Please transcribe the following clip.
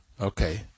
okay